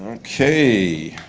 okay,